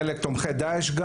חלק תומכי דאעש.